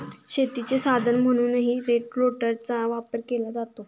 शेतीचे साधन म्हणूनही रोटेटरचा वापर केला जातो